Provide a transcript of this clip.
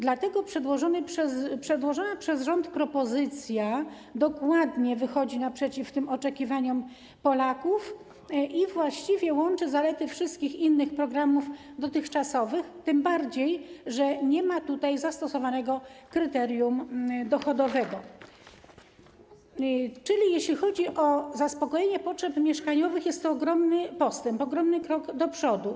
Dlatego przedłożona przez rząd propozycja dokładnie wychodzi naprzeciw tym oczekiwaniom Polaków i właściwie łączy zalety wszystkich innych dotychczasowych programów, tym bardziej że nie ma tutaj zastosowanego kryterium dochodowego, czyli jeśli chodzi o zaspokojenie potrzeb mieszkaniowych, jest to ogromny postęp, ogromny krok do przodu.